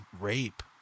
rape